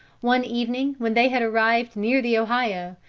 one evening when they had arrived near the ohio,